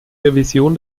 revision